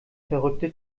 verrückte